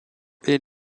est